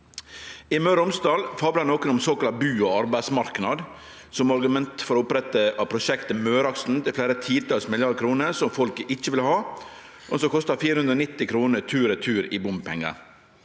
I Møre og Romsdal fablar nokon om såkalla «bu- og arbeidsmarknad» som argument for opprettinga av prosjektet Møreaksen til fleire titals milliardar kroner som folket ikkje vil ha, og som kostar 490 kr tur–retur i bompengar.